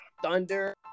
Thunder